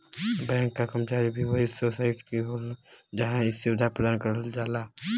bank क कर्मचारी भी वही सोसाइटी क होलन जहां इ सुविधा प्रदान करल जाला